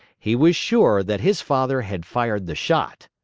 he was sure that his father had fired the shot.